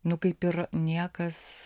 nu kaip ir niekas